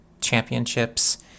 championships